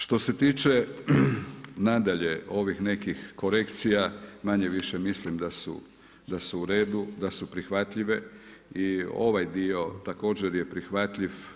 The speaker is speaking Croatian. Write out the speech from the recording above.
Što se tiče nadalje ovih nekih korekcija, manje-više mislim da su uredu da su prihvatljive i ovaj dio također je prihvatljiv.